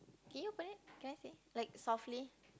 can you open it can I see like softly